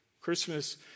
Christmas